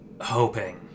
hoping